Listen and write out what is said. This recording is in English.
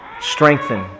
strengthen